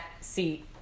seat